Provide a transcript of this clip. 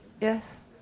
Yes